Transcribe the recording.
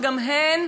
שגם הן